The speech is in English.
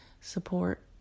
support